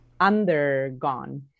undergone